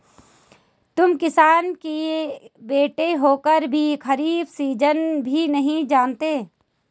तुम किसान के बेटे होकर भी खरीफ सीजन भी नहीं जानते